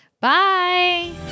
Bye